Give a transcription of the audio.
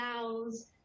allows